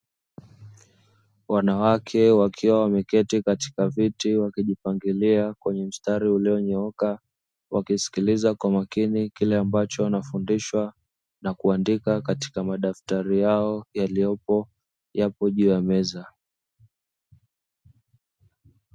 Wanawake wakiwa wameketi katika viti wakijipangilia kwenye mstari uliyonyooka, wakisikiliza kwa makini kile ambacho wanafundishwa na kuandika katika madaftari yao yaliyopo juu ya meza.